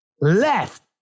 left